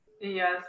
Yes